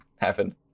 happen